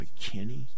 McKinney